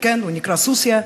שנקרא סוסיא,